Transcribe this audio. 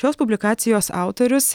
šios publikacijos autorius